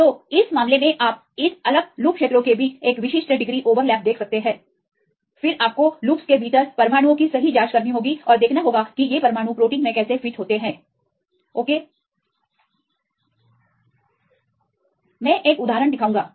तो इस मामले में आप इस अलग लूप क्षेत्रों के बीच एक विशिष्ट डिग्री ओवरलैप देख सकते हैं फिर आपको लूपस के भीतर परमाणुओं की सही जांच करनी होगी और देखना होगा कि ये परमाणु प्रोटीन में कैसे फिट होते हैं ओके मैं एक उदाहरण दिखाऊंगा